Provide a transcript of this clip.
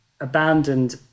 abandoned